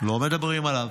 לא מדברים עליו,